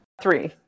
Three